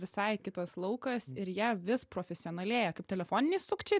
visai kitas laukas ir jie vis profesionalėja kaip telefoniniai sukčiai